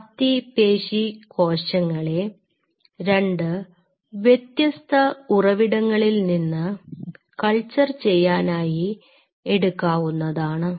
അസ്ഥിപേശി കോശങ്ങളെ രണ്ട് വ്യത്യസ്ത ഉറവിടങ്ങളിൽ നിന്ന് കൾച്ചർ ചെയ്യാനായി എടുക്കാവുന്നതാണ്